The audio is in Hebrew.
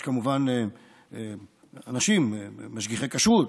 יש, כמובן, אנשים, משגיחי כשרות,